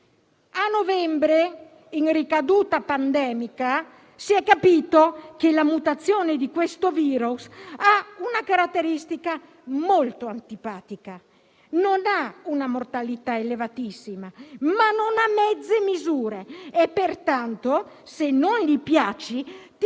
A novembre, in ricaduta pandemica, si è capito che la mutazione di questo virus ha una caratteristica molto antipatica: non ha una mortalità elevatissima, ma non ha mezze misure, e pertanto, se non gli piaci, ti